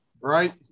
right